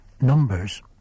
numbers